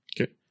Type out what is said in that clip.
Okay